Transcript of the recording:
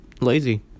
lazy